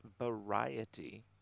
Variety